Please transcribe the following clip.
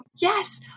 Yes